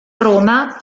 roma